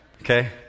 okay